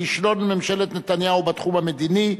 כישלון ממשלת נתניהו בתחום המדיני,